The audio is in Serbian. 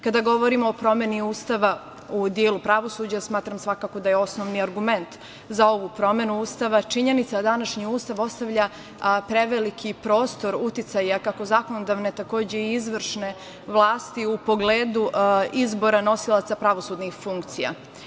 Kada govorimo o promeni Ustava u delu pravosuđa, smatram svakako da je osnovni argument za ovu promenu Ustava činjenica da današnji Ustav ostavlja preveliki prostor uticaja kako zakonodavne, takođe i izvršne vlasti u pogledu izbora nosilaca pravosudnih funkcija.